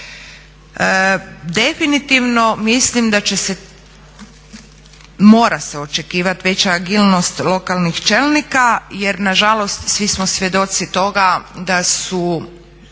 Definitivno mislim da će se, mora se očekivat veća agilnost lokalnih čelnika jer na žalost svi smo svjedoci toga da su